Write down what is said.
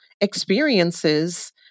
experiences